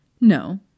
No